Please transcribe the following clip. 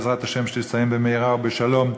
שבעזרת השם תסתיים במהרה ובשלום,